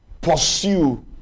pursue